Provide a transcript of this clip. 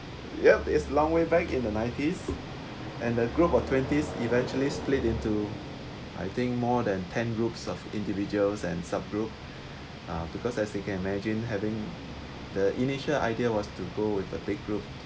yup is long way back in the nineties and the group of twenties eventually split into I think more than ten groups of individuals and sub group uh because as you can imagine having the initial idea was to go with a big group